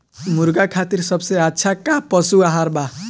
मुर्गा खातिर सबसे अच्छा का पशु आहार बा?